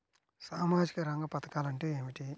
సామాజిక రంగ పధకాలు అంటే ఏమిటీ?